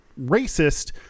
racist